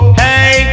hey